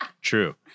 True